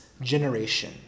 generation